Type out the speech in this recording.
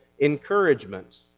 encouragement